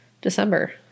December